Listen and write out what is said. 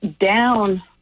down